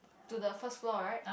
to the first floor right